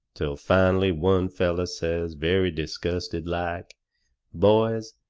till finally one feller says very disgusted-like boys,